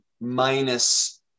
minus